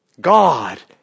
God